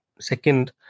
second